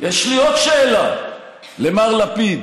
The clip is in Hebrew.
יש לי עוד שאלה למר לפיד